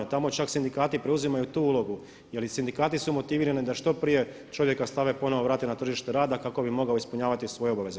Tako čak sindikati preuzimaju tu ulogu, jer i sindikati su motivirani da što prije čovjeka stave, ponovno vrate na tržište rada kako bi mogao ispunjavati svoje obaveze.